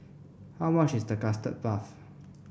how much is Custard Puff